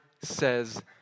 says